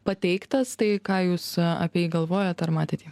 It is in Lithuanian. pateiktas tai ką jūs apie jį galvojat ar matėt jį